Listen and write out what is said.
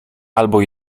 albo